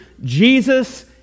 Jesus